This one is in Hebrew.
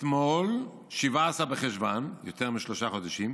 אתמול, 17 בחשוון" יותר משלושה חודשים,